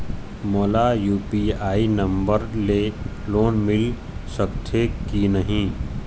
मोला UPI number ले loan मिल सकथे कि नहीं?